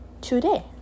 today